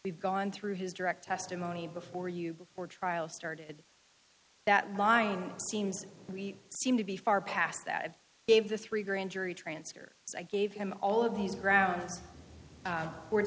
we've gone through his direct testimony before you before trial started that mine seems we seem to be far past that gave the three grand jury transfer so i gave him all of these ground